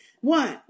One